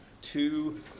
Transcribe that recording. two